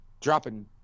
dropping